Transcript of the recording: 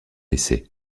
laisser